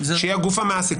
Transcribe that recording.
שהיא הגוף המעסיק,